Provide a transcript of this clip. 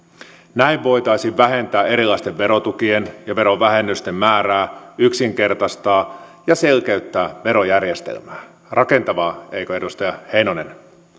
näin voitaisiin vähentää erilaisten verotukien ja verovähennysten määrää yksinkertaistaa ja selkeyttää verojärjestelmää rakentavaa eikö edustaja heinonen